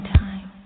time